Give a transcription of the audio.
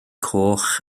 coch